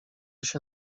się